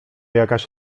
jakaś